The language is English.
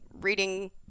reading